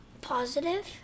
Positive